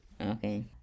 Okay